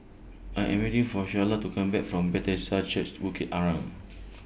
I Am waiting For Shayla to Come Back from Bethesda Church Bukit Arang